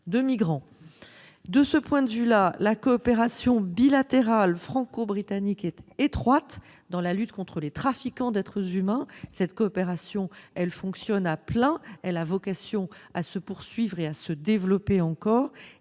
De ce point de vue, la coopération bilatérale franco-britannique est étroite en matière lutte contre les trafiquants d'êtres humains. Cette coopération, qui fonctionne à plein, a vocation à se poursuivre et à se développer encore.